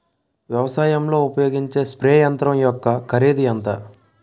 వ్యవసాయం లో ఉపయోగించే స్ప్రే యంత్రం యెక్క కరిదు ఎంత?